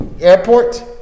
Airport